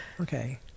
Okay